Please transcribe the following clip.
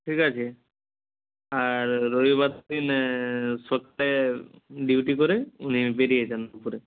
ঠিক আছে আর রবিবার দিন সপ্তাহে ডিউটি করে উনি বেরিয়ে যান দুপুরে